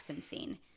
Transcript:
scene